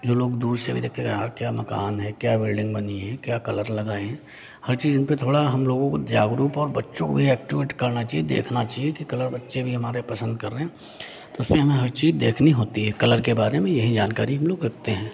जो लोग दूर से भी देखते कहे हाँ क्या मकान है क्या बिल्डिंग बनी है क्या कलर लगाए हैं हर चीज़ उनपे थोड़ा हम लोगों को जागरुक और बच्चों को ये ऐक्टिविटी करना चाहिए देखना चाहिए कि कलर बच्चे भी हमारे पसंद कर रहे हैं तो उसमें हमें हर चीज़ देखनी होती है कलर के बारे में यही जानकारी हम लोग रखते हैं